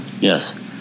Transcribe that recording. yes